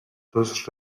dos